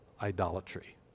idolatry